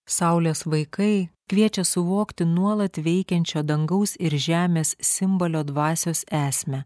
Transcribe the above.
saulės vaikai kviečia suvokti nuolat veikiančią dangaus ir žemės simbalio dvasios esmę